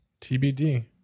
TBD